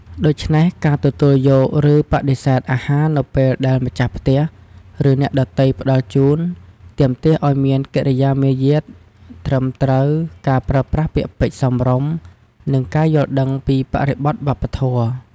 ដូច្នេះ ការទទួលយក ឬបដិសេធអាហារនៅពេលដែលម្ចាស់ផ្ទះ ឬអ្នកដទៃផ្តល់ជូន ទាមទារឲ្យមានកិរិយាមារយាទត្រឹមត្រូវ ការប្រើប្រាស់ពាក្យពេចន៍សមរម្យ និងការយល់ដឹងពីបរិបទវប្បធម៌។